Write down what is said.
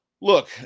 look